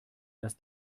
dass